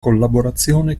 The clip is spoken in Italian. collaborazione